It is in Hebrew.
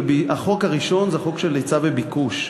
והחוק הראשון זה החוק של היצע וביקוש.